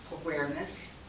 awareness